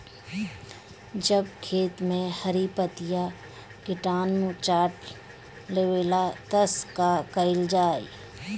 जब खेत मे हरी पतीया किटानु चाट लेवेला तऽ का कईल जाई?